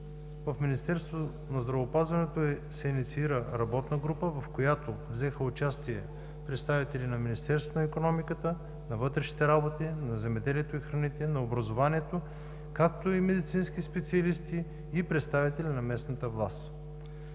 в Министерството на здравеопазването се инициира работна група, в която взеха участие представители на министерствата на икономиката, на вътрешните работи, на земеделието и храните, на образованието, както и медицински специалисти и представители на местната власт.